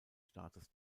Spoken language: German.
staates